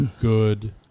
good